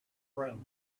room